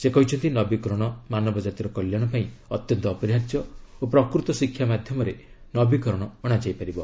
ସେ କହିଛନ୍ତି ନବୀକରଣ ମାନବଜାତିର କଲ୍ୟାଣ ପାଇଁ ଅତ୍ୟନ୍ତ ଅପରିହାର୍ଯ୍ୟ ଓ ପ୍ରକୃତ ଶିକ୍ଷା ମାଧ୍ୟମରେ ନବୀକରଣ ଅଣାଯାଇପାରିବ